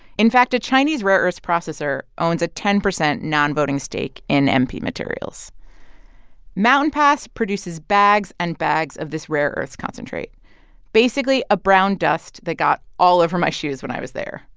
in fact, a chinese rare earths processor owns a ten percent non-voting stake in mp materials mountain pass produces bags and bags of this rare earths concentrate basically, a brown dust that got all over my shoes when i was there.